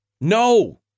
No